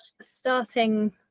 starting